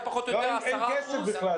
הוא פחות או יותר 10%. שם לא משלמים כסף בכלל,